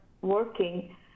working